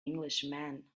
englishman